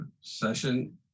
session